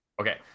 okay